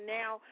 now